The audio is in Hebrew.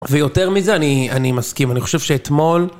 ויותר מזה אני מסכים, אני חושב שאתמול...